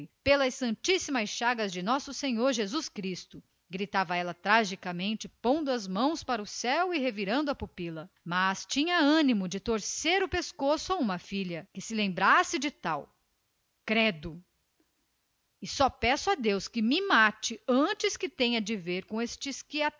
pelas santíssimas chagas de nosso senhor jesus cristo gritava ela pondo as mãos para o céu e revirando os olhos mas tinha ânimo de torcer o pescoço a uma filha que se lembrasse de tal credo que nem falar nisto é bom e só peço a deus que me leve quanto antes se tenho algum dia de ver com estes